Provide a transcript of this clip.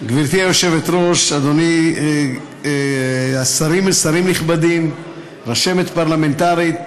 גברתי היושבת-ראש, שרים נכבדים, רשמת פרלמנטרית,